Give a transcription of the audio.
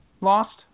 lost